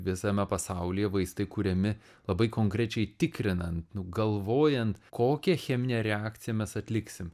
visame pasaulyje vaistai kuriami labai konkrečiai tikrinant nu galvojant kokią cheminę reakciją mes atliksim